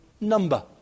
number